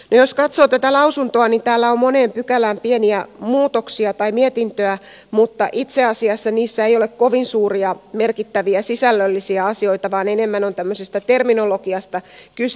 jos katsoo tätä mietintöä täällä on moneen pykälään pieniä muutoksia mutta itse asiassa niissä ei ole kovin suuria merkittäviä sisällöllisiä asioita vaan enemmän on tämmöisestä terminologiasta kyse